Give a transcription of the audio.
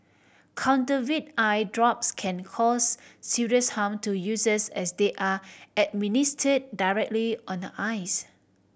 counterfeit eye drops can cause serious harm to users as they are administered directly on the eyes